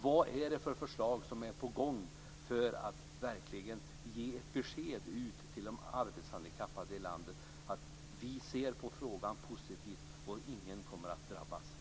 Vad är det för förslag som är på gång för att vi verkligen ska kunna ge ett besked till de arbetshandikappade i landet om att vi ser på frågan positivt och att ingen kommer att drabbas?